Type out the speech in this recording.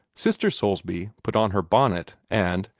sister soulsby put on her bonnet, and,